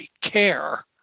care